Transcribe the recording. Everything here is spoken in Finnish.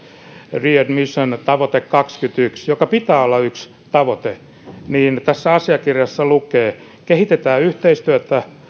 readmission tavoite kaksikymmentäyksi joiden pitää olla yksi tavoite tässä asiakirjassa lukee kehitetään yhteistyötä